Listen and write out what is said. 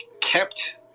kept